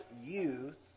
youth